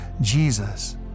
Jesus